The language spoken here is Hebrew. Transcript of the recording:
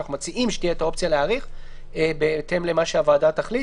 אנחנו מציעים שתהיה אופציה להאריך בהתאם למה שהוועדה תחליט.